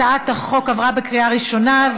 הצעת החוק עברה בקריאה ראשונה,